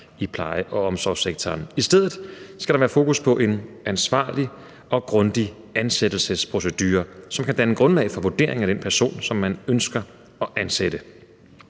i pleje- og omsorgssektoren. I stedet skal der være fokus på en ansvarlig og grundig ansættelsesprocedure, som kan danne grundlag for vurderingen af den person, som man ønsker at ansætte.